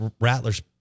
Rattlers